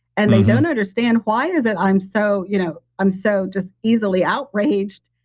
and they don't understand why is it i'm so you know i'm so just easily outraged?